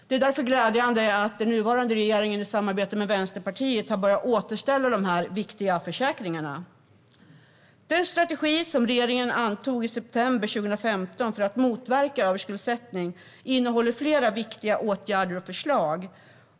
Det är därför glädjande att den nuvarande regeringen i samarbete med Vänsterpartiet har börjat återställa dessa viktiga försäkringar. Den strategi som regeringen antog i september 2015 för att motverka överskuldsättning innehåller flera viktiga åtgärder och förslag.